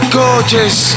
gorgeous